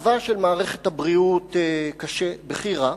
מצבה של מערכת הבריאות קשה, בכי רע,